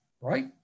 right